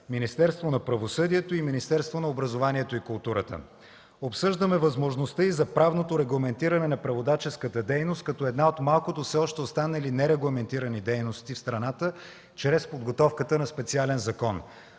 Министерството на правосъдието и Министерството на образованието и науката. Обсъждаме и възможността за правното регламентиране на преводаческата дейност като една от малкото все още останали нерегламентирани дейности в страната чрез подготовката на специален закон.